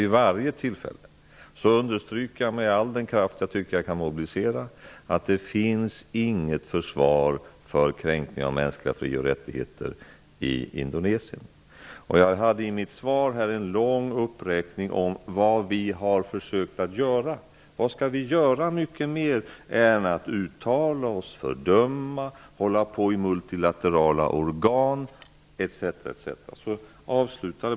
Vid varje tillfälle understryker jag med all den kraft jag kan mobilisera att det inte finns något försvar för kränkningar av de mänskliga fri och rättigheterna i Indonesien. I mitt svar hade jag en lång uppräkning av vad vi har försökt att göra. Vad skall vi göra mer än att uttala oss, fördöma, arbeta i multilaterala organ etc.?